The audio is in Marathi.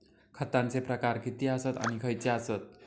खतांचे प्रकार किती आसत आणि खैचे आसत?